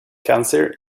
cancer